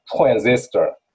transistor